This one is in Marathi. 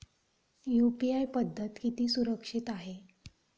यु.पी.आय पद्धत किती सुरक्षित आहे?